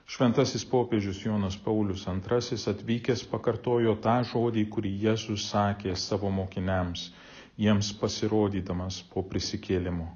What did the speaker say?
šventasis popiežius jonas paulius antrasis atvykęs pakartojo tą žodį kurį jėzus sakė savo mokiniams jiems pasirodydamas po prisikėlimo